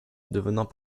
devenant